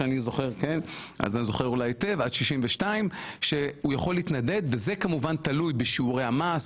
שהוא יכול להתנדנד וזה כמובן תלוי בשיעורי המס,